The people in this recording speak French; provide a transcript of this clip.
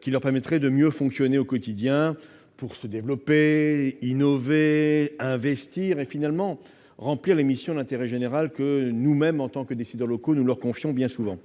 qui leur permettrait de mieux fonctionner au quotidien, pour se développer, innover, investir et, finalement, remplir les missions d'intérêt général que nous-mêmes, en tant que décideurs locaux, nous leur confions bien souvent.